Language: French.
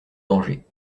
danger